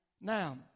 Now